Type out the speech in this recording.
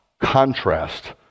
contrast